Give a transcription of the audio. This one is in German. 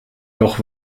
doch